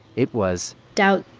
it was. doubt.